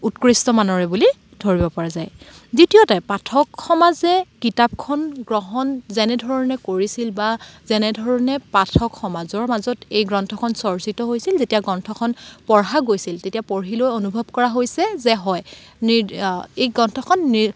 উৎকৃষ্টমানৰে বুলি ধৰিব পৰা যায় দ্বিতীয়তে পাঠক সমাজে কিতাপখন গ্ৰহণ যেনেধৰণে কৰিছিল বা যেনেধৰণে পাঠক সমাজৰ মাজত এই গ্ৰন্থখন চৰ্চিত হৈছিল যেতিয়া গ্ৰন্থখন পঢ়া গৈছিল তেতিয়া পঢ়ি লৈ অনুভৱ কৰা হৈছে যে হয় নিৰ এই গ্ৰন্থখন নি